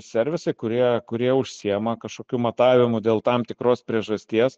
servisai kurie kurie užsiima kažkokiu matavimu dėl tam tikros priežasties